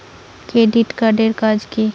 Credit card এর কাজ কি?